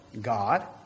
God